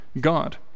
God